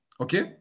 Okay